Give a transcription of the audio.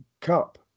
Cup